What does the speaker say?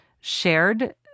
shared